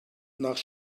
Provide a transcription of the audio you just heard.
nach